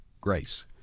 Grace